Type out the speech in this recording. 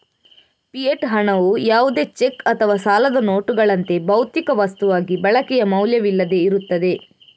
fiat ಹಣವು ಯಾವುದೇ cheque ಅಥವಾ ಸಾಲದ ನೋಟುಗಳಂತೆ, ಭೌತಿಕ ವಸ್ತುವಾಗಿ ಬಳಕೆಯ ಮೌಲ್ಯವಿಲ್ಲದೆ ಇರುತ್ತದೆ